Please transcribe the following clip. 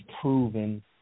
proven